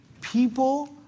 people